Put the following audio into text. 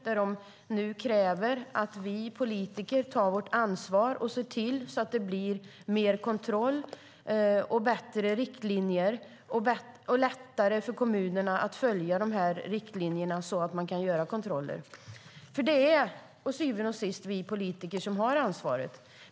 De kräver nu att vi politiker tar vårt ansvar och ser till att det blir mer kontroll, bättre riktlinjer och lättare för kommunerna att följa riktlinjerna så att man kan göra kontroller, för det är till syvende och sist vi politiker som har ansvaret.